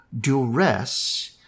duress